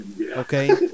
okay